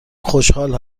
خوشحال